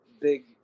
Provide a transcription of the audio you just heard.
big